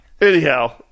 Anyhow